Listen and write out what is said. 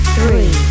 Three